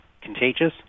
contagious